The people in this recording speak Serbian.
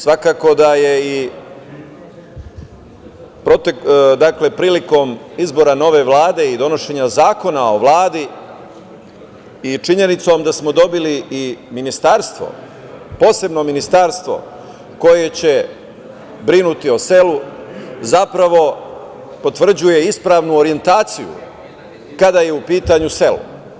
Svakako da je prilikom izbora nove Vlade i donošenja Zakona o Vladi i činjenicom da smo dobili i ministarstvo, posebno ministarstvo koje će brinuti o selu, zapravo potvrđuje ispravnu orijentaciju kada je u pitanju selo.